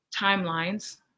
timelines